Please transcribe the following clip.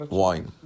wine